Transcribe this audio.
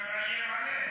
אתה מאיים עליהם.